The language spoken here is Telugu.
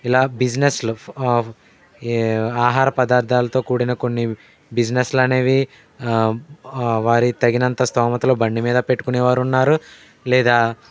ఇలా బిజినెస్లు ఏ ఆహార పదార్థాలతో కూడిన కొన్ని బిజినెస్లు అనేవి వారికి తగినంత స్తోమతలో బండి మీద పెట్టుకునే వారు ఉన్నారు లేదా